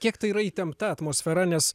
kiek tai yra įtempta atmosfera nes